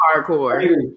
hardcore